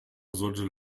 sollte